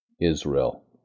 Israel